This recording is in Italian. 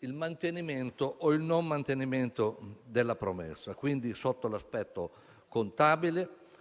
il mantenimento o meno della promessa, sotto l'aspetto contabile